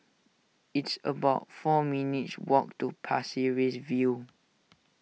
it's about four minutes' walk to Pasir Ris View